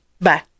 Bye